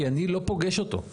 כי אני לא פוגש אותו.